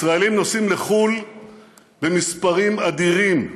ישראלים נוסעים לחו"ל במספרים אדירים.